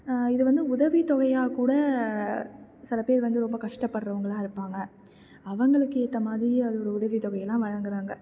இது வந்து உதவித்தொகையாக கூட சில பேர் வந்து ரொம்ப கஷ்டப்படுறவங்களா இருப்பாங்க அவங்களுக்கு ஏற்ற மாதிரி அது ஒரு உதவித் தொகையைலாம் வழங்குறாங்க